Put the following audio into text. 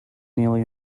nearly